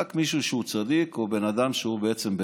רק מישהו שהוא צדיק או בן אדם שהוא בינוני.